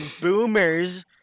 boomers